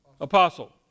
apostle